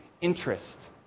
interest